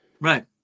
Right